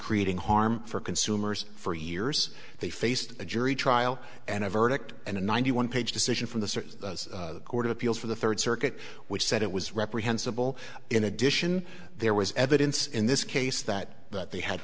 creating harm for consumers for years they faced a jury trial and a verdict and a ninety one page decision from the court of appeals for the third circuit which said it was reprehensible in addition there was evidence in this case that that they had